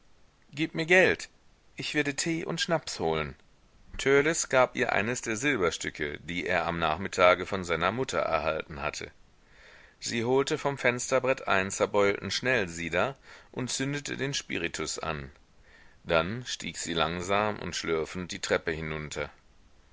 gebt mir geld ich werde tee und schnaps holen törleß gab ihr eines der silberstücke die er am nachmittage von seiner mutter erhalten hatte sie holte vom fensterbrett einen zerbeulten schnellsieder und zündete den spiritus an dann stieg sie langsam und schlürfend die treppe hinunter